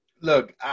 Look